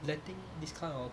letting this kind of